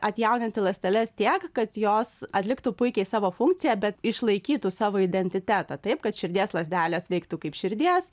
atjauninti ląsteles tiek kad jos atliktų puikiai savo funkciją bet išlaikytų savo identitetą taip kad širdies lazdelės veiktų kaip širdies